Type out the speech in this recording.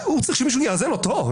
הוא צריך שמישהו יאזן אותו,